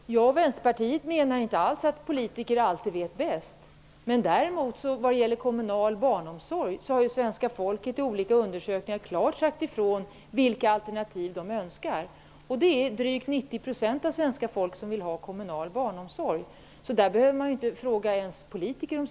Herr talman! Jag och Vänsterpartiet menar inte alls att politiker alltid vet bäst. Men när det gäller kommunal barnomsorg har ju svenska folket i olika undersökningar klart angivit vilka alternativ de önskar. Drygt 90 % av svenska folket vill ha kommunal barnomsorg. Den saken behöver man inte ens fråga politiker om.